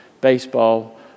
Baseball